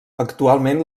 actualment